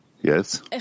Yes